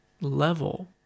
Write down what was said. level